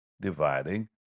dividing